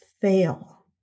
Fail